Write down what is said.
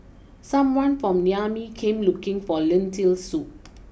someone from Niamey came looking for Lentil Soup